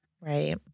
right